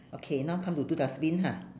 okay now come to two dustbin ha